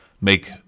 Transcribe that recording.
make